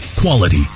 quality